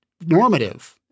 normative